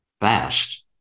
fast